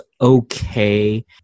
okay